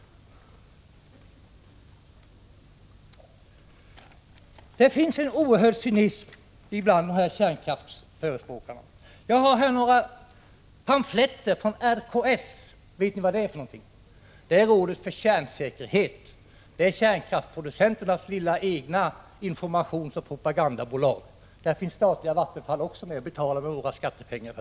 Det finns en oerhörd cynism bland kärnkraftsförespråkarna. Jag har här några pamfletter från RKS. Vet ni vad det är? Jo, det är rådet för kärnkraftsäkerhet. Det är kärnkraftsproducenternas eget lilla informationsoch propagandabolag. Statliga Vattenfall är för övrigt också med och betalar verksamheten med våra skattepengar.